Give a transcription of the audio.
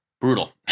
Brutal